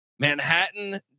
Manhattan